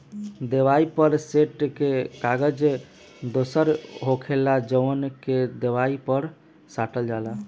देवाल पर सटे के कागज दोसर होखेला जवन के देवाल पर साटल जाला